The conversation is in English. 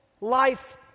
life